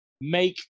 make